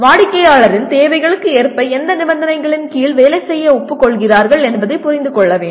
வாடிக்கையாளரின் தேவைகளுக்கு ஏற்ப எந்த நிபந்தனைகளின் கீழ் வேலை செய்ய ஒப்புக்கொள்கிறீர்கள் என்பதை புரிந்து கொள்ள வேண்டும்